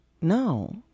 no